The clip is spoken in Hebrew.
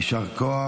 יישר כוח.